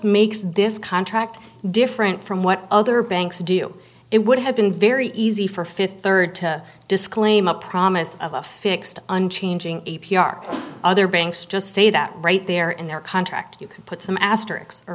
makes this contract different from what other banks do it would have been very easy for fifth third to disclaim a promise of a fixed unchanging a p r other banks just say that right there in their contract you can put some